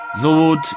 Lord